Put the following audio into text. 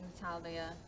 Natalia